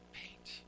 paint